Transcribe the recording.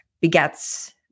begets